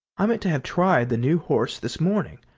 i meant to have tried the new horse this morning,